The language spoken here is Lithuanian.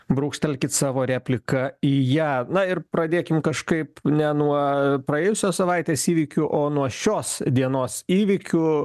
brūkštelkit savo repliką į ją na ir pradėkim kažkaip ne nuo praėjusios savaitės įvykių o nuo šios dienos įvykių